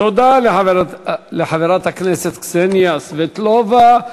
תודה לחברת הכנסת קסניה סבטלובה.